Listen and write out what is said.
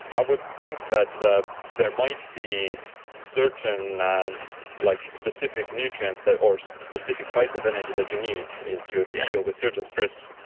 i would think that ah there might be certain like specific nutrients or so specific types of energy that you need to deal with certain stress.